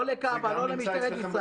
לא לכב"ה, לא למשטרת ישראל,